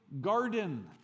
garden